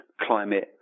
climate